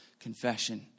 confession